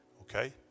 Okay